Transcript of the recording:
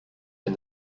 and